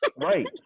Right